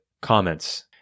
comments